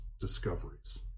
discoveries